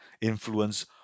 influence